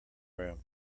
room